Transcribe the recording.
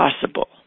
possible